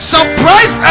Surprise